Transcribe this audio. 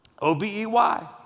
O-B-E-Y